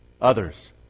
Others